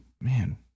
man